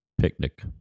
picnic